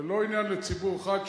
זה לא עניין לציבור אחד.